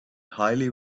highly